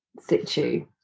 situ